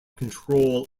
control